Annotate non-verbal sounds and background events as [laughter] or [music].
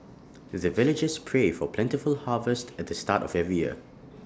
the [noise] villagers pray for plentiful harvest at the start of every year